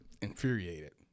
infuriated